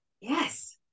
Yes